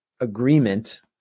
agreement